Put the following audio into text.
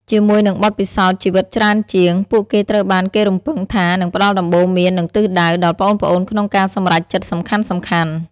ជាមួយនឹងបទពិសោធន៍ជីវិតច្រើនជាង ពួកគេត្រូវបានគេរំពឹងថានឹង ផ្ដល់ដំបូន្មាន និងទិសដៅ ដល់ប្អូនៗក្នុងការសម្រេចចិត្តសំខាន់ៗ។